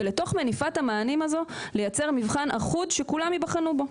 ולתוך מניפת המענים הזו לייצר מבחן אחוד שכולם ייבחנו בו.